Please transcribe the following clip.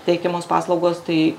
teikiamos paslaugos tai